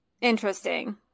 interesting